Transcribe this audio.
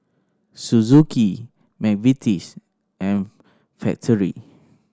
Suzuki McVitie's and Factorie